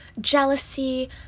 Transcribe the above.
jealousy